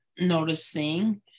noticing